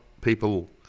people